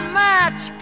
match